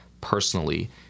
personally